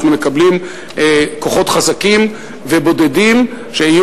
אנחנו מקבלים כוחות חזקים ובודדים שיהיו